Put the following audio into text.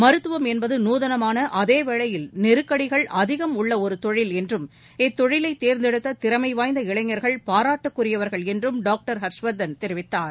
மருத்துவம் என்பது நூதனமான அதே வேளையில் நெருக்கடிகள் அதிகம் உள்ள ஒரு தொழில் என்றும் இத்தொழிலை தேர்ந்தெடுத்த திறமை வாய்ந்த இளைஞா்கள் பாராட்டுக்குரியவர்கள் என்றும் டாக்டர் ஹர்ஷ்வா்தன் தெரிவித்தார்